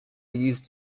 used